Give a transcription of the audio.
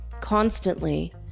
constantly